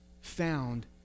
found